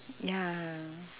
ya